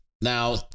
Now